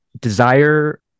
desire